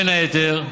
בין היתר,